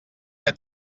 que